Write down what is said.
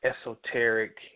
esoteric